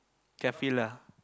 can feel lah